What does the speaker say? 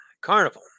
Carnival